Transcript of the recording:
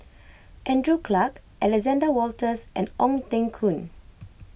Andrew Clarke Alexander Wolters and Ong Teng Koon